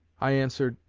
i answered,